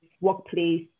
workplace